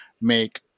make